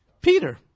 Peter